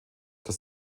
das